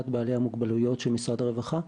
בעלי המוגבלויות של משרד הרווחה.